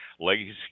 Legacy